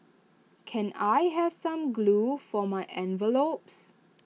can I have some glue for my envelopes